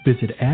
Visit